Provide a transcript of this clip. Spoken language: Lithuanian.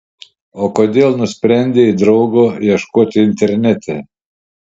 o kodėl nusprendei draugo ieškoti internete